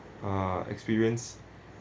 uh experience